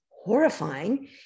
horrifying